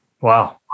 Wow